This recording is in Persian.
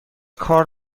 کار